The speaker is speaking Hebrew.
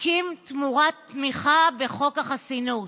תיקים תמורת תמיכה בחוק החסינות.